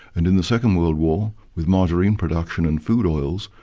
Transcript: and in the second world war, with margarine production and food oils,